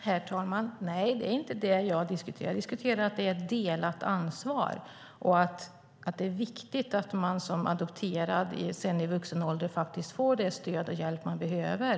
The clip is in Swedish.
Herr talman! Nej, det är inte det jag diskuterar. Jag diskuterar att det är ett delat ansvar och att det är viktigt att man som adopterad i vuxen ålder får det stöd och den hjälp som man behöver.